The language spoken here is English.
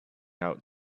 out